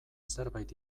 zerbait